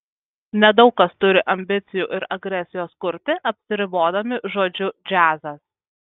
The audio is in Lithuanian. nedaug kas turi ambicijų ir agresijos kurti apsiribodami žodžiu džiazas